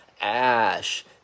Ash